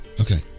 Okay